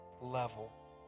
level